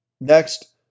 Next